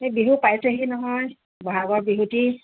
এই বিহু পাইছেহি নহয় বহাগৰ বিহুটি